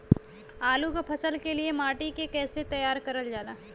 आलू क फसल के लिए माटी के कैसे तैयार करल जाला?